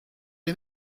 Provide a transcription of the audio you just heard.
les